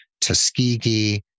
Tuskegee